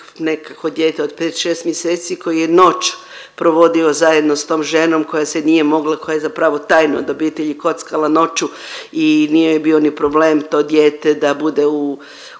nekako dijete od pet, šest mjeseci koji je noć provodio zajedno s tom ženom koja se nije mogla, koja je zapravo tajno od obitelji kockala noću i nije joj bio ni problem to dijete da bude